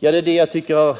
Det är detta jag tycker